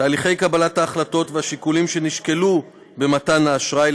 תהליכי קבלת ההחלטות והשיקולים שנשקלו במתן האשראי,